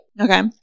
Okay